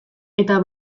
eta